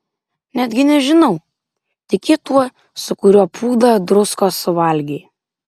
netgi nežinau tiki tuo su kuriuo pūdą druskos suvalgei